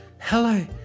Hello